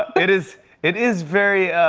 it is it is very